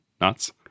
nuts